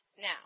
Now